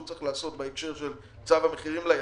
צריך לעשות בהקשר של צו המחירים ליצרן.